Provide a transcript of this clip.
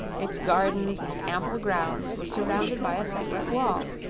its gardens and ample grounds were surrounded by a separate wall,